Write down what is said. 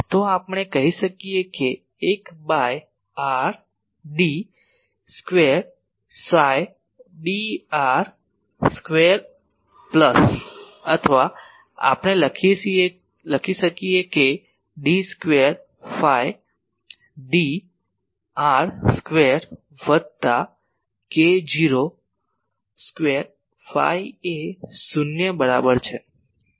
તો આપણે કહી શકીએ કે 1 ભાગ્યા r d square psi dr square plus અથવા આપણે લખી શકીએ કે d square phi d r square વત્તા k0 સ્ક્વેર ફાઈ એ શૂન્ય બરાબર છે